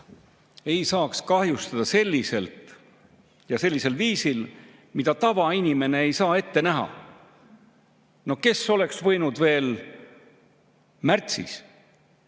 ei saaks kahjustada selliselt ja sellisel viisil, mida tavainimene ei saa ette näha. No kes oleks võinud veel märtsis,